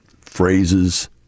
phrases